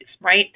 right